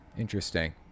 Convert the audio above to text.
Interesting